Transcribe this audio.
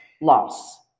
loss